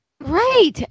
Right